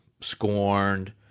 scorned